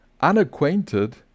unacquainted